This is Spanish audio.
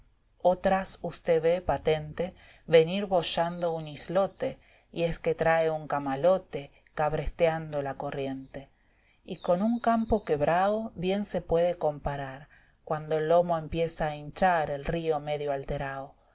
otras usté ve patente venir boyando un islote y es que trae a un eamáiote cabrestiando la corriente y con un campo quebrao bien se puede comparar cuando el lomo empieza a hinchar el río medio alterao